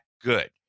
good